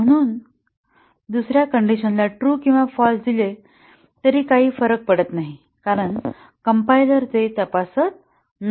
म्हणून आम्ही दुसर्या कण्डिशनला ट्रू किंवा फाँल्स दिले तरी काही फरक पडत नाही कारण कंपाईलर ते तपासत नाही